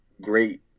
great